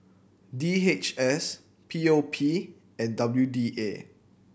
D H S P O P and W D A